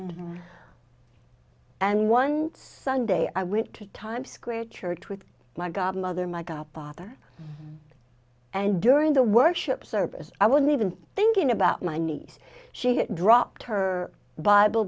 ed and once sunday i went to times square church with my godmother my godfather and during the worship service i wouldn't even thinking about my niece she had dropped her bible